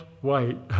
white